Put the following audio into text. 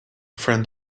friend